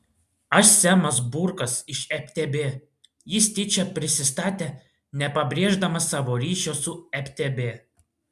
aš semas burkas iš ftb jis tyčia prisistatė nepabrėždamas savo ryšio su ftb